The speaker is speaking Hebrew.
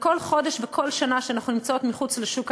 וכל חודש וכל שנה שאנחנו נמצאות מחוץ לשוק העבודה,